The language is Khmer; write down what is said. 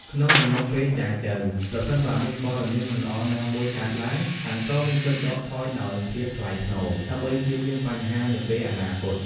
ក្នុងកំឡុងពេលចែចូវ ប្រសិនបើមានព័ត៌មានមិនល្អណាមួយកើតឡើង ខាងប្រុសមានសិទ្ធិដកថយដោយភាពថ្លៃថ្នូរ ដើម្បីចៀសវាងបញ្ហានាពេលអនាគត។